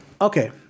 Okay